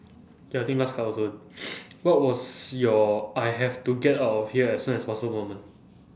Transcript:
ya I think last card also what was your I have to get out of here as soon as possible moment